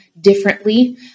differently